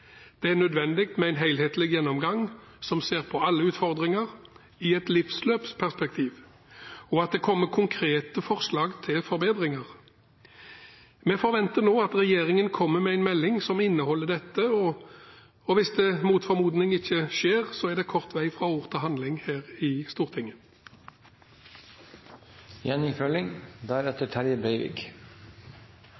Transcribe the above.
Det er nødvendig med en helhetlig gjennomgang som ser på alle utfordringer i et livsløpsperspektiv, og at det kommer konkrete forslag til forbedringer. Vi forventer nå at regjeringen kommer med en melding som inneholder dette, og hvis det mot formodning ikke skjer, er det kort vei fra ord til handling her i